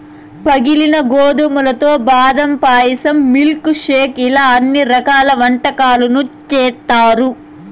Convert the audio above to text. పగిలిన గోధుమలతో బాదం పాయసం, మిల్క్ షేక్ ఇలా అన్ని రకాల వంటకాలు చేత్తారు